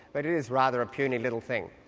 but it is rather a puny little thing.